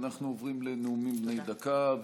אנחנו עוברים לנאומים בני דקה,